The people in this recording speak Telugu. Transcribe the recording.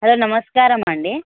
నమస్కారం అండి